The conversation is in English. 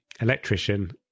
electrician